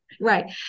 right